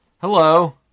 Hello